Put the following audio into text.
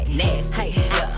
nasty